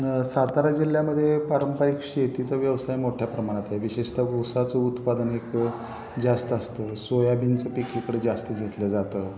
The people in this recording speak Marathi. सातारा जिल्ह्यामधे पारंपरिक शेतीचा व्यवसाय मोठ्या प्रमाणात आहे विशेषतः ऊसाचं उत्पादन एक जास्त असतं सोयाबीनचं पीक इकडं जास्त घेतलं जातं